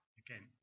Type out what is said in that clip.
again